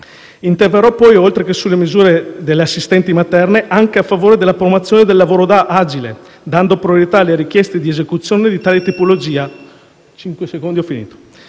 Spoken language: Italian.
interverrò, inoltre, oltre che sulle misure relative alle assistenti materne, anche a favore della promozione del lavoro agile, dando priorità alle richieste di esecuzione di tale tipologia